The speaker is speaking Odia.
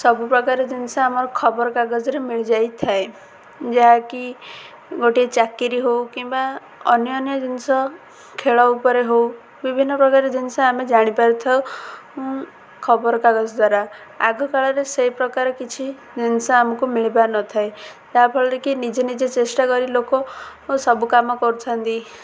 ସବୁପ୍ରକାର ଜିନିଷ ଆମର ଖବରକାଗଜରେ ମିଳିଯାଇଥାଏ ଯାହାକି ଗୋଟିଏ ଚାକିରି ହଉ କିମ୍ବା ଅନାନ୍ୟ ଜିନିଷ ଖେଳ ଉପରେ ହଉ ବିଭିନ୍ନ ପ୍ରକାର ଜିନିଷ ଆମେ ଜାଣିପାରିଥାଉ ଖବରକାଗଜ ଦ୍ୱାରା ଆଗ କାଳରେ ସେଇପ୍ରକାର କିଛି ଜିନିଷ ଆମକୁ ମିଳିପାରିନଥାଏ ଯାହାଫଳରେକିି ନିଜେ ନିଜେ ଚେଷ୍ଟା କରି ଲୋକ ସବୁ କାମ କରୁଥାନ୍ତି